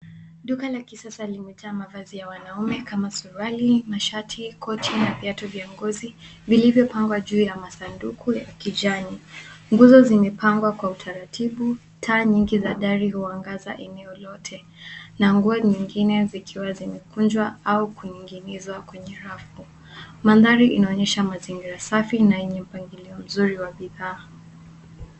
Duka la kisasa limejaa mavazi ya wanaume kama suruali, mashati, koti na viatu vya ngozi vilivyo pangwa juu ya masanduku ya kijani. Nguzo zimepangwa kwa utaratibu. Taa nyigi za dari huangaza eneo lote na nguo nyingine zikiwa zimekunjwa au kuinginizwa kwenye rafu. Mandhari inaonyesha mazingira safi na enye mpangilio mzuri wa bidhaa.